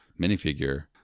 minifigure